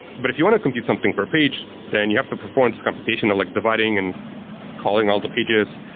but if you want to compute something per page, then you have to perform this computation of like dividing and calling all the pages,